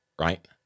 right